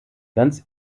ganz